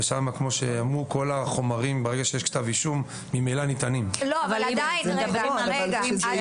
ושם כל החומרים ממילא ניתנים ברגע שיש כתב אישום.